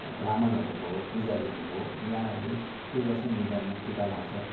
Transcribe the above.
ब्राह्मणहरू भयो पुजारीहरू भयो यहाँहरूले के गर्छ निधारमा टिका लगाउँछ